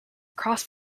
across